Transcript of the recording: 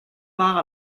part